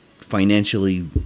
financially